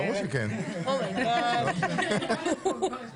אושר פה אחד.